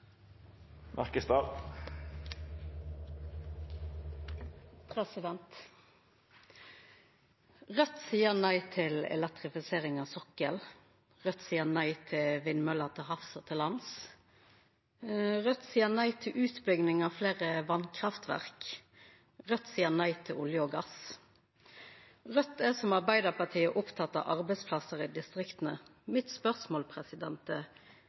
Raudt seier nei til vindmøller til havs og til lands. Raudt seier nei til utbygging av fleire vasskraftverk. Raudt seier nei til olje og gass. Raudt er som Arbeidarpartiet oppteke av arbeidsplassar i distriktane. Spørsmålet mitt